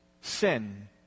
sin